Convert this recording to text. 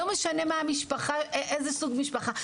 לא משנה איזה סוג משפחה,